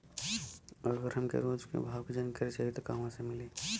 अगर हमके रोज के भाव के जानकारी चाही त कहवा से मिली?